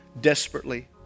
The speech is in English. desperately